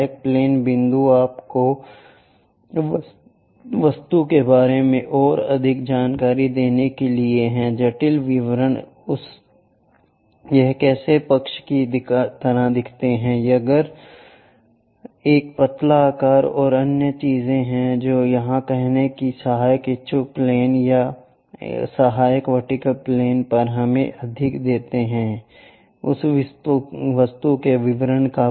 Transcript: सहायक प्लेन बिंदु आपको वस्तु के बारे में और अधिक जानकारी देने के लिए है जटिल विवरण यह कैसे पक्ष की तरह दिखता है शायद अगर एक पतला आकार और अन्य चीजें हैं तो यह कहना कि सहायक इच्छुक प्लेन या सहायक वर्टिकल प्लेन पर हमें अधिक देता है उस वस्तु का विवरण